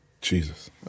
Jesus